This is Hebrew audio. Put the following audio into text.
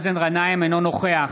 אינו נוכח